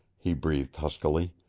he breathed huskily.